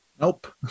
Nope